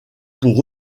pour